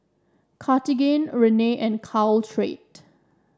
Cartigain Rene and Caltrate